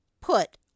put